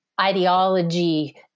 ideology